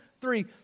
three